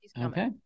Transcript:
Okay